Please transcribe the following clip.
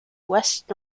west